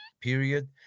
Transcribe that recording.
period